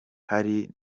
hari